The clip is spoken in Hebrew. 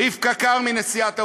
רבקה כרמי, נשיאת האוניברסיטה,